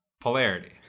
polarity